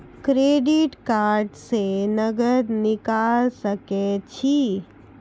Credit card से नगद निकाल सके छी?